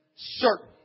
certain